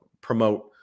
promote